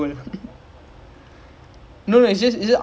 for all the clubs is it oh my god Manchester United messed again